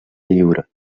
lliure